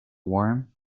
warm